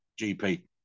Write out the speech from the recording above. GP